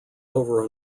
over